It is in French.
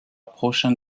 prochain